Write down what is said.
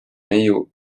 neiu